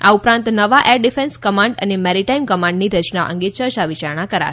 આ ઉપરાંત નવા એર ડિફેન્સ કમાન્ડ અને મેરીટાઈમ કમાન્ડની રચના અંગે ચર્ચા વિચારણા કરાશે